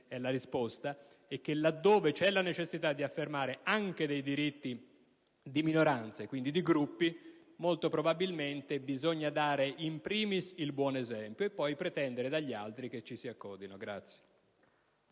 è la risposta e che laddove c'è la necessità di affermare i diritti di minoranze e quindi di gruppi, molto probabilmente bisogna dare *in primis* il buon esempio e poi pretendere dagli altri che si accodino.